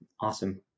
Awesome